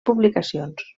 publicacions